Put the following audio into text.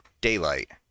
daylight